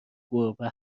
گربه